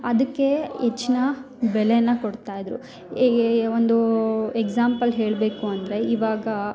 ಅದಕ್ಕೆ ಹೆಚ್ಚಿನ ಬೆಲೆನ ಕೊಡ್ತಾ ಇದ್ದರು ಏ ಏ ಒಂದು ಎಕ್ಸಾಂಪಲ್ ಹೇಳಬೇಕು ಅಂದರೆ ಇವಾಗ